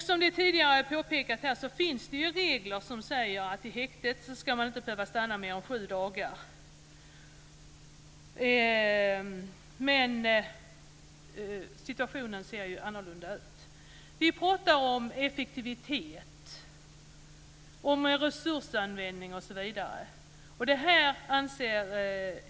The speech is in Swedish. Som det har påpekats tidigare här finns det regler som säger att man inte ska behöva stanna i häktet mer än sju dagar. Men situationen ser annorlunda ut. Vi talar om effektivitet, om resursanvändning osv.